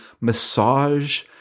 massage